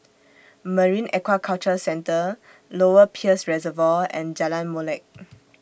Marine Aquaculture Centre Lower Peirce Reservoir and Jalan Molek